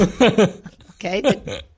Okay